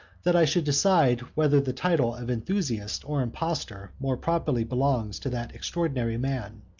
that i should decide whether the title of enthusiast or impostor more properly belongs to that extraordinary man.